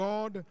God